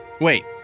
Wait